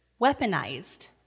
weaponized